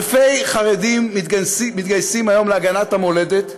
אלפי חרדים מתגייסים היום להגנת המולדת,